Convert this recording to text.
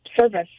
service